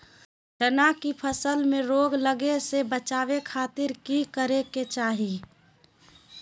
चना की फसल में रोग लगे से बचावे खातिर की करे के चाही?